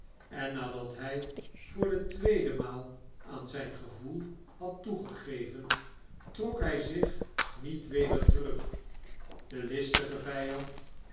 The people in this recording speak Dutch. en nadat ij voor de tweede maal aan zyn gevoel had toegegeven trok hij zich niet weder terug de listige